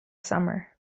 summer